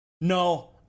No